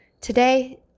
Today